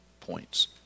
points